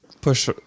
push